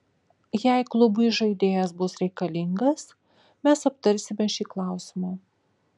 jei klubui žaidėjas bus reikalingas mes aptarsime šį klausimą